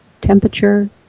temperature